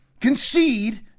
concede